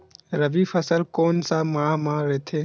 रबी फसल कोन सा माह म रथे?